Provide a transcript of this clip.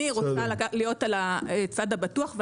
אני רוצה להיות על הצד הבטוח,